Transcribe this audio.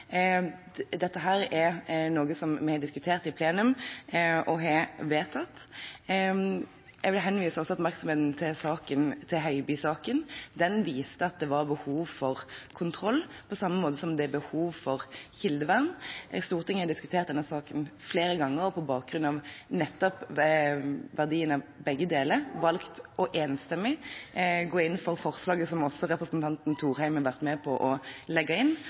Dette er noe vi har diskutert i plenum og vedtatt. Jeg vil også henlede oppmerksomheten på Høibø-saken. Den viste at det var behov for kontroll, på samme måte som det er behov for kildevern. Stortinget har diskutert denne saken flere ganger på bakgrunn av nettopp verdien av begge deler og enstemmig valgt å gå inn for forslaget, som også representanten Thorheim har vært med på å legge inn,